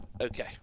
Okay